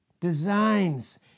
designs